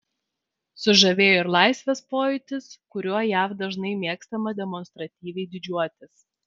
sužavėjo ir laisvės pojūtis kuriuo jav dažnai mėgstama demonstratyviai didžiuotis